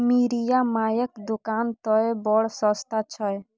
मिरिया मायक दोकान तए बड़ सस्ता छै